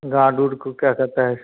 guard word को क्या कहता है